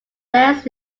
less